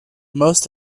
most